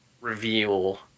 reveal